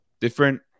different –